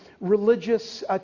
religious